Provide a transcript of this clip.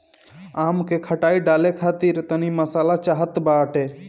आम के खटाई डाले खातिर तनी मसाला चाहत बाटे